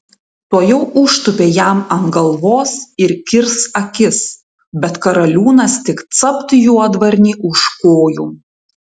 tuojau užtūpė jam ant galvos ir kirs akis bet karaliūnas tik capt juodvarnį už kojų